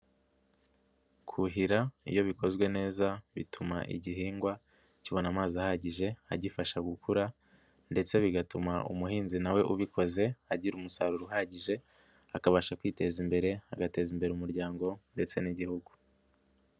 Kuhira iyo bikozwe neza bituma igihingwa kibona amazi ahagije, agifasha gukura ndetse bigatuma umuhinzi na we ubikoze agira umusaruro uhagije, akabasha kwiteza imbere, agateza imbere umuryango ndetse n'igihugu.